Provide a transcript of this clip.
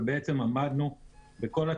ובעצם עמדנו בכל התנאים,